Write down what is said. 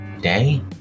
Day